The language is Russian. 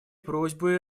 просьбы